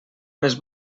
més